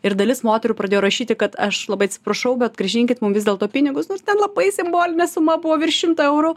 ir dalis moterų pradėjo rašyti kad aš labai atsiprašau bet grąžinkit mum vis dėlto pinigus nors ten labai simbolinė suma buvo virš šimto eurų